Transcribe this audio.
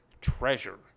treasure